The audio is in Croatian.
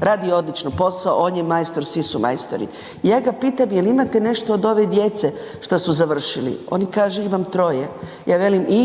radi odlično posao, on je majstor, svi su majstori. I ja ga pitam jel imate nešto od ove djece što su završili, oni kažu imam troje, ja velim i,